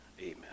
amen